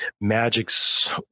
Magic's